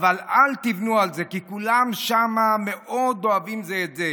"אבל אל תבנו על זה כי כולם שם מאוד אוהבים זה את זה.